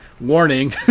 Warning